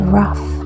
rough